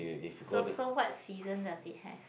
so so what season does it have